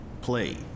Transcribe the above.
play